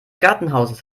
gartenhauses